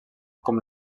com